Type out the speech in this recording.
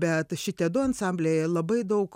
bet šitie du ansambliai labai daug